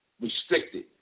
restricted